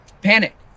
panic